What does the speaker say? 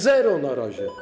Zero na razie.